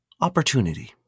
opportunity